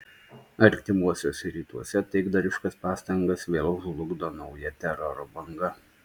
artimuosiuose rytuose taikdariškas pastangas vėl žlugdo nauja teroro banga